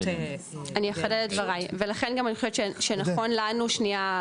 אני אחדד את דבריי ולכן אני חושבת שנכון לנו שנייה,